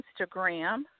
Instagram